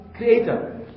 creator